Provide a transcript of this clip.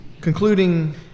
Concluding